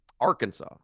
Arkansas